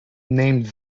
named